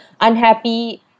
unhappy